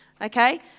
okay